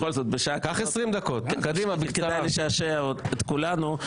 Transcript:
בכל זאת בשעה כזו כדאי לשעשע את כולנו,